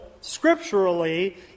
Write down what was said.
scripturally